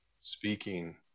speaking